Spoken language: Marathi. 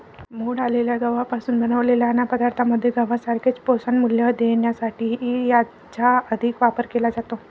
मोड आलेल्या गव्हापासून बनवलेल्या अन्नपदार्थांमध्ये गव्हासारखेच पोषणमूल्य देण्यासाठीही याचा अधिक वापर केला जातो